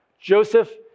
Joseph